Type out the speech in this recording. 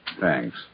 Thanks